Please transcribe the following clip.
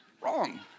Wrong